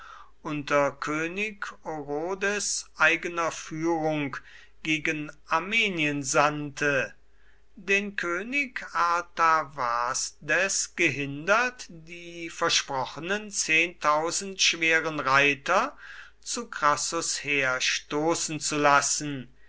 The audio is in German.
unter könig orodes eigener führung gegen armenien sandte den könig artavasdes gehindert die versprochenen schweren reiter zu crassus heer stoßen zu lassen